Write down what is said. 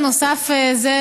בנוסף לזה,